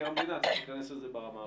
המדינה צריך להיכנס לזה ברמה הארצית.